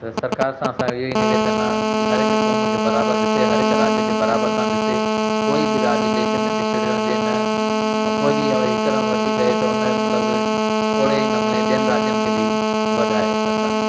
त सरकार सां असांखे इहा ई निवेदन आहे कि हरहिक क़ौम खे बराबरि ॾिसे हरहिक राज्य खे बराबरि सां ॾिसे कोई बि राज्य देश में पिछिड़ियो हुजे न ऐं कोई बि या वरी हिकदम वधीक हे त उन में मतिलबु ओढ़े ई नमूने ॿियनि राज्यनि खे बि वधाए सरकार